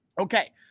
Okay